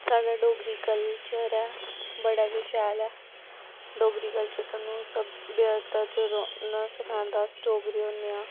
साढ़ा डोगरी कल्चर ऐ बड़ा गे शैल ऐ डोगरी कल्चर सानूं सभ्यता च रौह्ना सखांदा अस डोगरे होन्ने आं